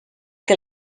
que